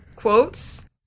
quotes